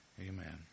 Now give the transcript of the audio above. Amen